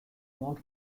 oan